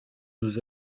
nous